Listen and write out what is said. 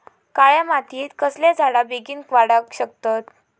काळ्या मातयेत कसले झाडा बेगीन वाडाक शकतत?